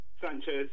Sanchez